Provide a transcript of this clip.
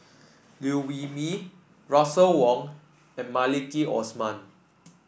Liew Wee Mee Russel Wong and Maliki Osman